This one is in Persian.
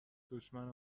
دشمن